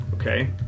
okay